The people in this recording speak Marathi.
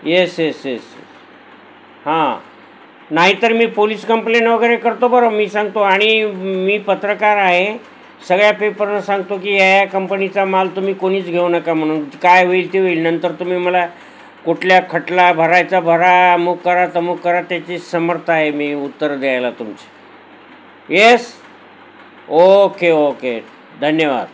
यस यस यस हां नाहीतर मी पोलीस कंप्लेन वगैरे करतो बरं मी सांगतो आणि मी पत्रकार आहे सगळ्या पेपरना सांगतो की या कंपणीचा माल तुम्ही कोणीच घेऊ नका म्हणून काय होईल ते होईल नंतर तुम्ही मला कुठल्या खटला भरायचा भरा अमूक करा तमूक करा त्याची समर्थ आहे मी उत्तर द्यायला तुमचे येस ओके ओके धन्यवाद